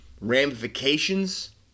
ramifications